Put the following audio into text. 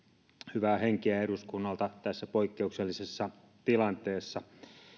hyvää henkeä eduskunnalta tässä poikkeuksellisessa tilanteessa